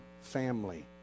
family